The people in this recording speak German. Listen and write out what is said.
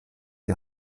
die